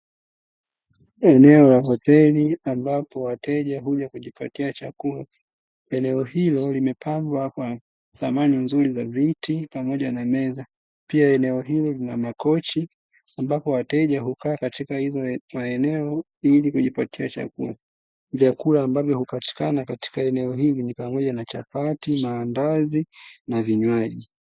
Eneo la hoteli ambapo wateja huja kujipatia chakula, eneo hilo limepambwa kwa Samani nzuri za viti pamoja na meza, pia eneo hilo lina makochi ambapo wateja hukaa katika hizo maeneo ili kujipatia chakula. Vyakula ambavyo hupatikana katika eneo hili ni pamoja na: chapati, maandazi na vinywaji.